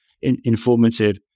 informative